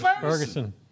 Ferguson